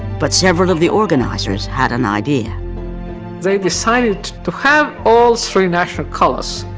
but several of the organizers had an idea they decided to have all three national colors,